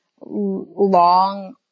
long